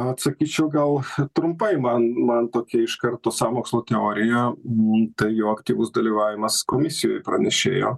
atsakyčiau gal trumpai man man tokia iš karto sąmokslo teorija tai jo aktyvus dalyvavimas komisijoj pranešėjo